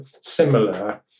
similar